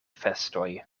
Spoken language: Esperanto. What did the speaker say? festoj